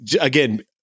again